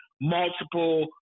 multiple